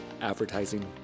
advertising